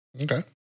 Okay